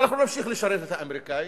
ואנחנו נמשיך לשרת את האמריקנים,